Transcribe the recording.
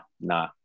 nah